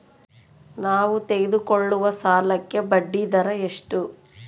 ನಾವು ತೆಗೆದುಕೊಳ್ಳುವ ಸಾಲಕ್ಕೆ ಬಡ್ಡಿದರ ಎಷ್ಟು?